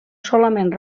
solament